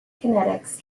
kinetics